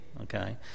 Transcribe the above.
Okay